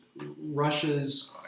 Russia's